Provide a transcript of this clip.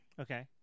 Okay